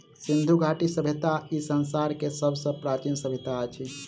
सिंधु घाटी सभय्ता ई संसार के सब सॅ प्राचीन सभय्ता अछि